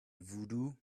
voodoo